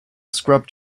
scrub